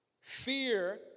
Fear